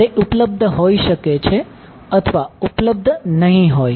તે ઉપલબ્ધ હોઈ શકે છે અથવા ઉપલબ્ધ નહી હોઈ